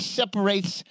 separates